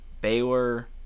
Baylor